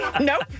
Nope